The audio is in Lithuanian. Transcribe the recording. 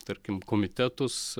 tarkim komitetus